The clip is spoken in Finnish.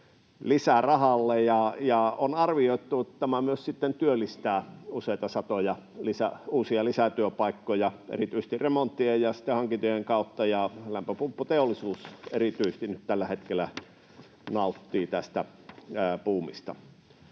lisärahalle. On arvioitu, että tämä myös työllistää: useita satoja lisätyöpaikkoja erityisesti remonttien ja hankintojen kautta, ja lämpöpumpputeollisuus erityisesti nyt tällä hetkellä nauttii tästä buumista.